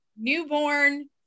newborn